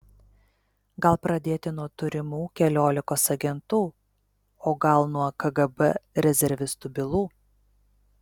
gal pradėti nuo turimų keliolikos agentų o gal nuo kgb rezervistų bylų